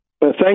Thank